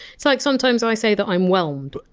it's like sometimes i say that i'm! whelmed,